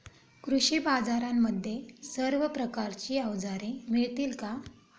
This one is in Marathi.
कृषी बाजारांमध्ये सर्व प्रकारची अवजारे मिळतील का?